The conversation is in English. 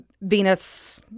Venus